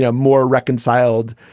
ah more reconciled,